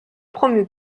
promu